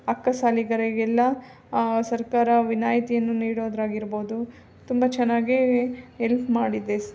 ಅಕ್ಕಸಾಲಿಗರಿಗೆಲ್ಲ ಸರ್ಕಾರ ವಿನಾಯಿತಿಯನ್ನು ನೀಡೋದಾಗಿರ್ಬೋದು ತುಂಬ ಚೆನ್ನಾಗೆ ಎಲ್ಪ್ ಮಾಡಿದೆ